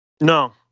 No